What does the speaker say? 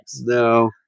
No